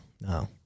No